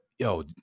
Yo